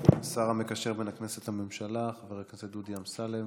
השר המקשר בין הכנסת לממשלה חבר הכנסת דודי אמסלם.